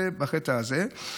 זה בקטע הזה.